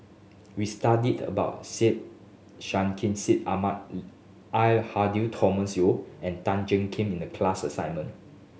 we studied about Syed Sheikh Syed Ahmad Al Hadi Thomas Yeo and Tan Jiak Kim in the class assignment